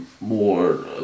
more